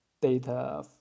data